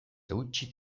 eutsi